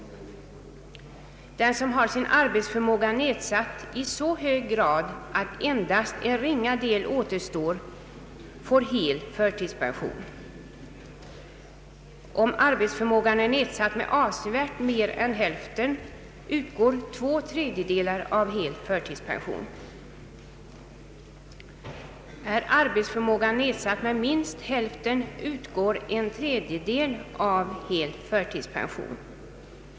Den som har sin arbetsförmåga nedsatt i så hög grad att endast en ringa del av denna återstår får hel förtidspension. Om arbetsförmågan är nedsatt med avsevärt mer än hälften utgår två tredjedelar av hel förtidspension och om arbetsförmågan är nedsatt med minst hälften utgår en tredjedel av hel förtidspension.